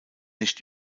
nicht